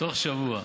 תוך שבוע.